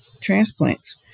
transplants